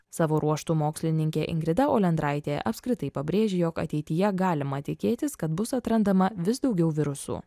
savo ruožtu mokslininkė ingrida olendraitė apskritai pabrėžia jog ateityje galima tikėtis kad bus atrandama vis daugiau virusų